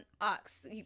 Ox